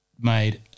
made